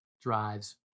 drives